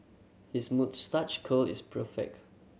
his moustache curl is per fake